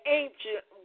ancient